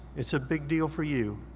it's a big deal for you.